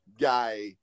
guy